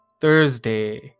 Thursday